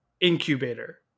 incubator